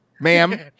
ma'am